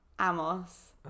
Amos